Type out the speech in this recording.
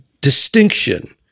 distinction